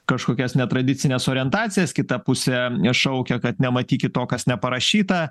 kažkokias netradicines orientacijas kita pusė šaukia kad nematykit to kas neparašyta